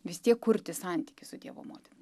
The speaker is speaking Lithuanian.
vis tiek kurti santykį su dievo motina